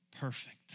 perfect